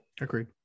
Agreed